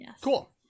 Cool